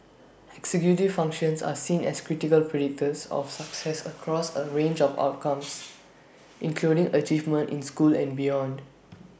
executive functions are seen as critical predictors of success across A range of outcomes including achievement in school and beyond